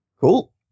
Cool